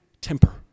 temper